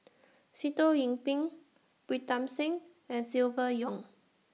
Sitoh Yih Pin Pritam Singh and Silvia Yong